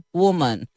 woman